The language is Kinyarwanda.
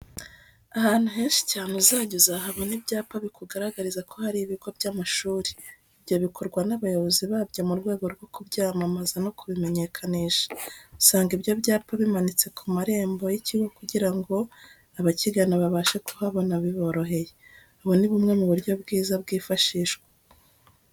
Ahantu henshi cyane uzajya uzahabona ibyapa bikugaragariza ko hari ibigo by'amashuri. Ibyo bikorwa n'abayobozi babyo mu rwego rwo kubyamamaza no kubimenyekanisha. Usanga ibyo byapa bimanitse ku marembo y'ikigo kugira ngo abakigana babashe kuhabona biboroheye. Ubu ni bumwe mu buryo bwiza bwifashishwa.